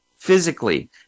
Physically